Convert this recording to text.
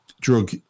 Drug